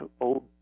old